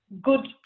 good